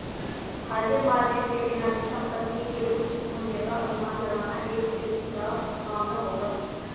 हाजिर मार्केट के बिना भी संपत्ति के उचित मूल्य का अनुमान लगाना एक पेचीदा मामला होगा